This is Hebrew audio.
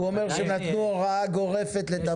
הוא אומר שנתנו הוראה גורפת לטפל בעניין.